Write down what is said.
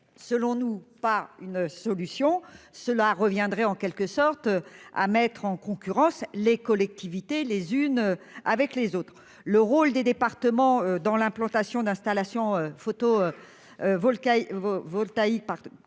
ce n'est pas une solution. Cela reviendrait en quelque sorte à mettre en concurrence les collectivités les unes avec les autres en niant le rôle des départements dans l'implantation d'installations photovoltaïques,